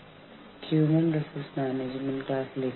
വീണ്ടും ഞാൻ ഉപയോഗിച്ച സ്രോതസ്സുകൾ ഈ രണ്ട് പുസ്തകങ്ങൾ ആണ്